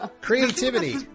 Creativity